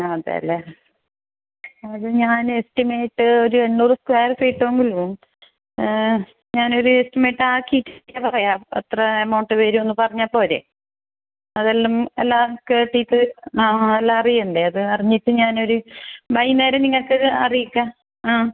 ആ അതെ അല്ലേ അത് ഞാൻ എസ്റ്റിമേറ്റ് ഒരു എണ്ണൂറ് സ്കൊയർ ഫീറ്റ് ഉണ്ടല്ലോ ഞാൻ ഒരു എസ്റ്റിമേറ്റ് ആക്കിയിട്ട് പറയാം എത്ര എമൗണ്ട് വരുമെന്ന് പറഞ്ഞാൽ പോരെ അതെല്ലാം എല്ലാം കേട്ടിട്ട് നാളെ അറിയണ്ടേ അത് അത് അറിഞ്ഞിട്ട് ഞാൻ ഒരു വൈകുന്നേരം നിങ്ങൾക്ക് അറിയിക്കാം ആ